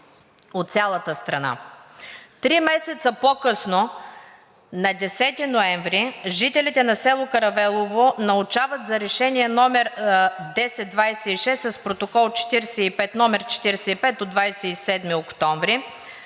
Три месеца по-късно на 10 ноември жителите на село Каравелово научават за Решение № 1026 с протокол № 45 от 27 октомври